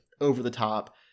over-the-top